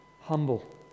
humble